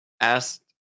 asked